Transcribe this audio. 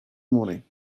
morning